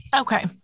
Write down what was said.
Okay